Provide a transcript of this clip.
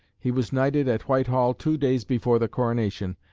he was knighted at whitehall two days before the coronation,